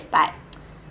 but